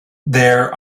their